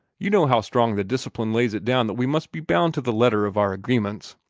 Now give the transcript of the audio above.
you know how strong the discipline lays it down that we must be bound to the letter of our agreements.